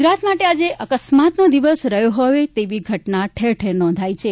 ગુજરાત માટે આજે અકસ્માતનો દિવસ રહ્યો હોય તેવી ઘટના ઠેર ઠેર નોંધાઈ છે